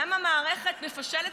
למה המערכת מפשלת כל כך?